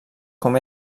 com